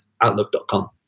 outlook.com